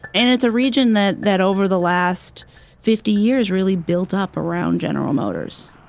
and it's a region that that over the last fifty years really built up around general motors.